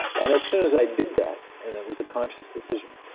and as soon as i did that and it was a conscious decision,